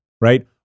right